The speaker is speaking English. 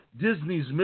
Disney's